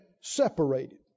separated